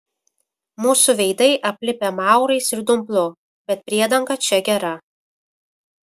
mūsų veidai aplipę maurais ir dumblu bet priedanga čia gera